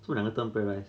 so 你要不要 paradise